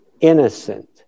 innocent